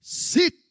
Sit